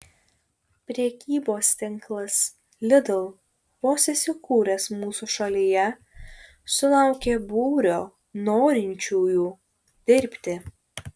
prekybos tinklas lidl vos įsikūręs mūsų šalyje sulaukė būrio norinčiųjų dirbti